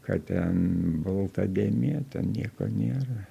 kad ten balta dėmė ten nieko nėra